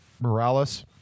Morales